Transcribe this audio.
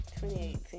2018